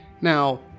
Now